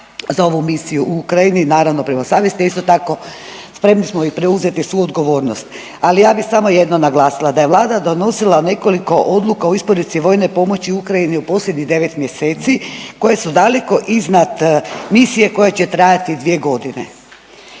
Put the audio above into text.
za ovu misiju u Ukrajini. Naravno prema savjesti, a isto tako spremni smo i preuzeti i svu odgovornost. Ali ja bi samo jedno naglasila da je Vlada donosila nekoliko odluka o isporuci vojne pomoći Ukrajini u posljednjih 9 mjeseci koje su daleko iznad misije koje će trajati 2 godine.